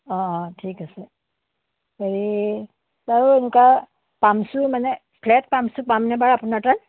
অঁ অঁ ঠিক আছে হেৰি বাৰু এনেকুৱা পাম্প শ্বু মানে ফ্লেট পাম্প শ্বু পামনে আপোনাৰ তাত